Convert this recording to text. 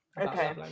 Okay